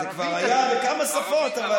זה כבר היה בכמה שפות.